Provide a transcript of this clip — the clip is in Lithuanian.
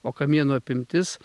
o kamieno apimtis